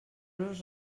los